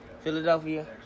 Philadelphia